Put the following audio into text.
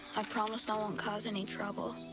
i promise i won't cause any trouble.